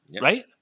right